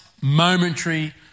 momentary